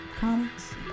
comics